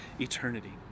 eternity